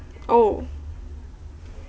oh